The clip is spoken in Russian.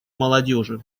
молодежи